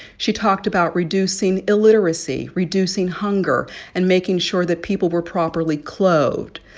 she talked about reducing illiteracy, reducing hunger and making sure that people were properly clothed.